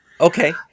Okay